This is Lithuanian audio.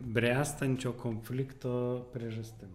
bręstančio konflikto priežastim